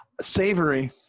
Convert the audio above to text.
Savory